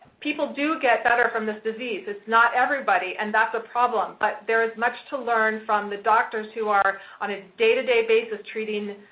people do get better from this disease. it's not everybody, and that's a problem, but there's much to learn from the doctors who are on a day-to-day basis, treating,